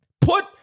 Put